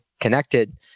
connected